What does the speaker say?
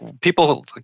people